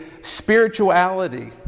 spirituality